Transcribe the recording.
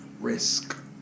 risk